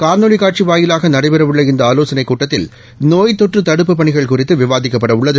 காணொலி காட்சி வாயிலாக நடைபெறவுள்ள இந்த ஆலோசனைக் கூட்டத்தில் நோய் தொற்று தடுப்புப் பணிகள் குறிதது விவாதிக்கப்படவுள்ளது